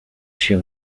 się